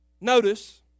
Notice